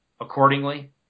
accordingly